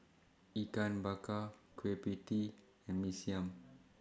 Ikan Bakar Kueh PIE Tee and Mee Siam